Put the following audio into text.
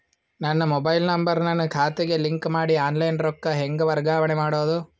ನನ್ನ mobile number ನನ್ನ ಖಾತೆಗೆ ಲಿಂಕ್ ಮಾಡಿ ಆನ್ಲೈನ್ ರೊಕ್ಕ ಹೆಂಗ ವರ್ಗಾವಣೆ ಮಾಡೋದು?